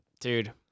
Dude